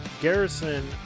Garrison